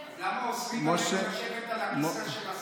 אז למה אוסרים עלינו לשבת על הכיסא של השרים?